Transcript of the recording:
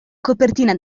copertina